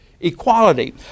equality